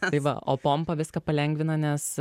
tai va o pompa viską palengvina nes